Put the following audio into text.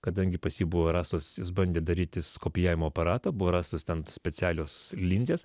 kadangi pas jį buvo rastos jis bandė darytis kopijavimo aparatą buvo rastos ten specialios linzės